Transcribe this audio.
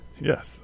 Yes